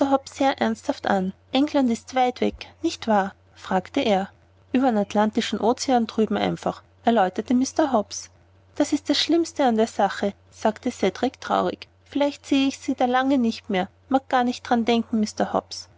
sehr ernsthaft an england ist weit weg nicht wahr fragte er ueberm atlantischen ozean drüben einfach erläuterte mr hobbs das ist das schlimmste an der sache sagte cedrik traurig vielleicht sehe ich sie da lange nicht mehr mag gar nicht dran denken mr hobbs